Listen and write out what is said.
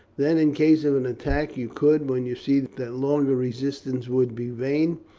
then, in case of an attack, you could, when you see that longer resistance would be vain,